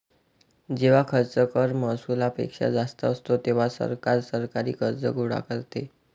जेव्हा खर्च कर महसुलापेक्षा जास्त असतो, तेव्हा सरकार सरकारी कर्ज गोळा करते